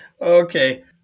Okay